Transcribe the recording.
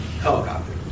helicopter